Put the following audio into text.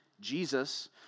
Jesus